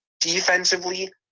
defensively